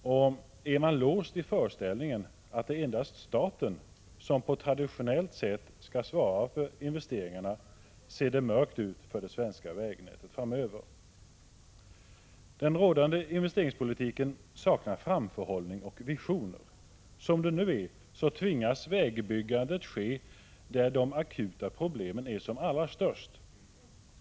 Och är man låst i föreställningen att det endast är staten som på traditionellt sätt skall svara för investeringarna, ser det mörkt ut för det svenska vägnätet framöver. Den rådande investeringspolitiken saknar framförhållning och visioner. Som det nu är tvingas vägbyggandet ske där de akuta problemen är som allra störst.